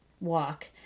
walk